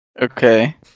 Okay